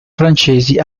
francesi